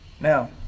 Now